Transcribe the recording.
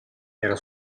era